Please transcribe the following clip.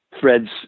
Fred's